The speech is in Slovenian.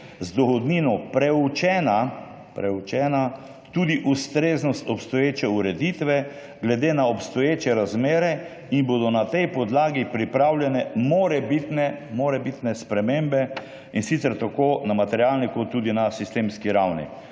z dohodnino preučena tudi ustreznost obstoječe ureditve glede na obstoječe razmere in bodo na tej podlagi pripravljene morebitne spremembe, in sicer tako na materialni kot tudi na sistemski ravni.«